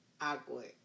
Awkward